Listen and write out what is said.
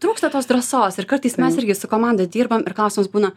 trūksta tos drąsos ir kartais mes irgi su komanda dirbam ir klausimas būna